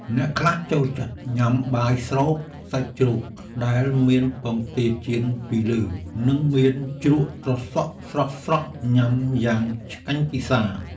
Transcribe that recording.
អ្នកខ្លះចូលចិត្តញ៉ាំបាយស្រូបសាច់ជ្រូកដែលមានពងទាចៀនពីលើ និងមានជ្រក់ត្រសក់ស្រស់ៗញ៉ាំយ៉ាងឆ្ងាញ់ពិសា។